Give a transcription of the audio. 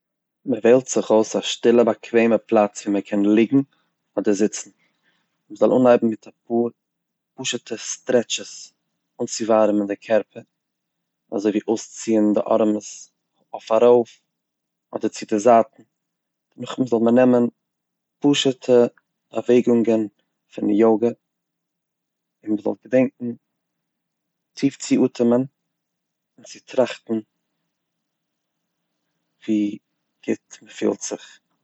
מ'וועלט זיך אויס א שטילע באקוועמע פלאץ וואו מ'קען ליגן אדער זיצן, מ'זאל אנהייבן מיט אפאר פשוט'ע סטרעטשעס אנצו ווארעמען די קערפער, אזוי ווי אויסציען די ארעמעס אויף ארויף אדער צו די זייטן, נאכדעם זאל מען נעמען פשוט'ע באווועגונגען פון יאגע, און מ'זאל געדענקן טיף צו אטעמען און צו טראכטן ווי גוט מ'פילט זיך.